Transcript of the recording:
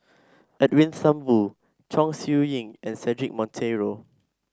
Edwin Thumboo Chong Siew Ying and Cedric Monteiro